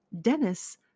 Dennis